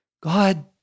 God